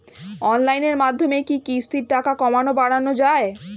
অনলাইনের মাধ্যমে কি কিস্তির টাকা কমানো বাড়ানো যায়?